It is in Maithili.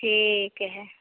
ठीक हइ